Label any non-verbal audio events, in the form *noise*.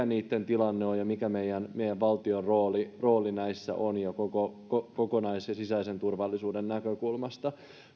*unintelligible* niitten tilanne on ja mikä meidän meidän valtion rooli rooli näissä on kokonais ja sisäisen turvallisuuden näkökulmasta